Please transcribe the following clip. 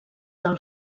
del